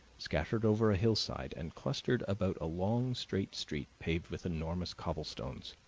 scattered over a hillside and clustered about a long straight street paved with enormous cobblestones.